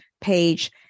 page